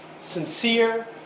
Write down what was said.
sincere